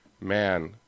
man